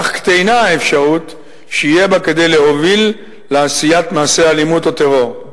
כך קטנה האפשרות שיהיה בה כדי להוביל לעשיית מעשה אלימות או טרור".